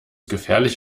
gefährlich